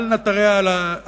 אל נא תרע לתמימים,